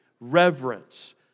reverence